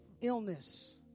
illness